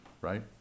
right